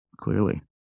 Clearly